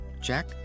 Jack